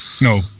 no